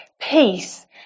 peace